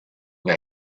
that